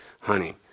honey